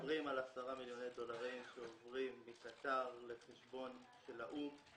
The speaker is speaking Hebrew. אנחנו מדברים על 10 מיליוני דולרים שעוברים מקטאר לחשבון של האו"ם.